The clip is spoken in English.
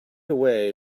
away